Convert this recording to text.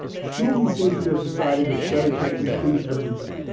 shulgi seems to have decided it's better to include everything.